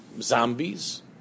zombies